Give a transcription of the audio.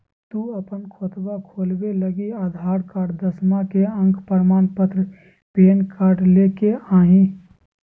तू अपन खतवा खोलवे लागी आधार कार्ड, दसवां के अक प्रमाण पत्र, पैन कार्ड ले के अइह